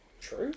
True